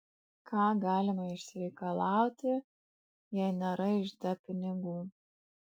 ką galima išsireikalauti jei nėra ižde pinigų